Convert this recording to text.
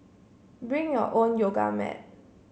bring your own yoga mat